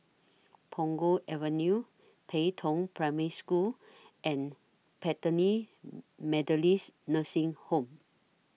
Punggol Avenue Pei Tong Primary School and Bethany Methodist Nursing Home